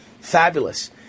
fabulous